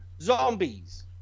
zombies